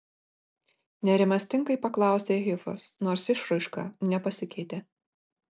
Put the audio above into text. nerimastingai paklausė hifas nors išraiška nepasikeitė